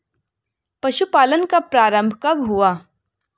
पशुपालन का प्रारंभ कब हुआ?